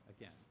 again